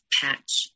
patch